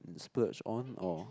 splurge on or